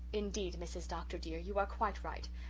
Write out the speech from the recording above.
indeed, mrs. dr. dear, you are quite right.